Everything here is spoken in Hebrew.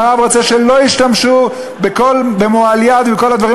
המערב רוצה שלא ישתמשו במועל יד ובכל הדברים